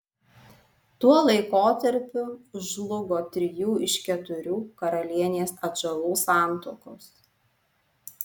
tuo laikotarpiu žlugo trijų iš keturių karalienės atžalų santuokos